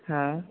हाँ